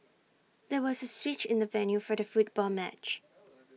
there was A switch in the venue for the football match